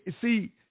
See